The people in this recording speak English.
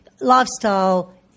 lifestyle